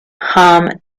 harm